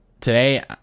today